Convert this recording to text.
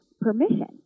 permission